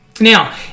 Now